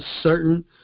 certain